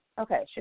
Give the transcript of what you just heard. Okay